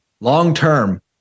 long-term